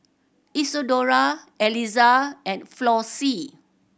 Isadora Aliza and Flossie